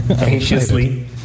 anxiously